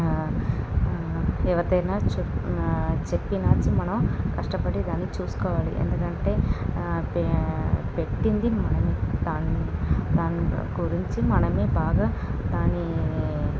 ఎవరిదైనా చె చెప్పినాను మనం కష్టపడి దాన్ని చూసుకోవాలి ఎందుకంటే తే పెట్టింది మనమే దాని దాని గురించి మనమే బాగా దాని